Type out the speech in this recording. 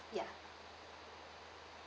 yeah